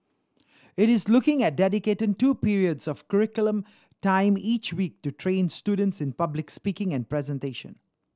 it is looking at dedicating two periods of curriculum time each week to train students in public speaking and presentation